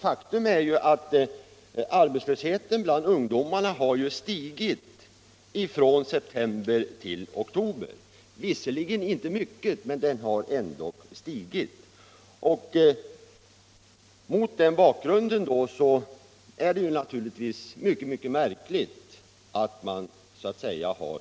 Faktum är att arbetslösheten bland ungdomarna har stigit från september till oktober, visserligen inte mycket men den har ändå stigit. Mot den bakgrunden är det märkligt att man har